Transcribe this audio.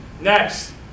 Next